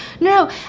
no